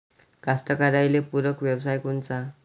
कास्तकाराइले पूरक व्यवसाय कोनचा?